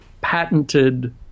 patented